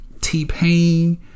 T-Pain